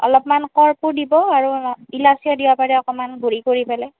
অলপমান কৰ্পুৰ দিব আৰু ইলাচীও দিব পাৰে অকণমান গুৰি কৰি পেলাই